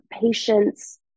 patience